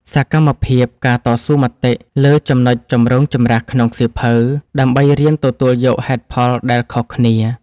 សកម្មភាព ការតស៊ូមតិ លើចំណុចចម្រូងចម្រាសក្នុងសៀវភៅ ដើម្បីរៀនទទួលយកហេតុផលដែលខុសគ្នា។